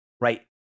right